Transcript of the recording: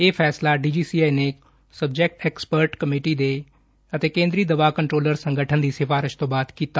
ਇਹ ਫੈਸਲਾ ਡੀਜੀਸੀਆਈ ਨੇ ਸਬਜੈਕਟ ਐਕਸਪਰਟ ਕਮੇਟੀ ਅਤੇ ਕੇਦਰੀ ਦਵਾ ਕੰਟਰੋਲ ਸੰਗਠਨ ਦੀ ਸਿਫਾਰਿਸ਼ ਤੋ ਬਾਅਦ ਕੀਤਾ